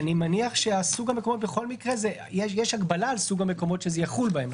אני מניח שבכל מקרה יש הגבלה על סוג המקומות שזה יחול בהם.